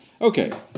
Okay